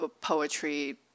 poetry